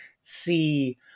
see